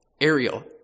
Ariel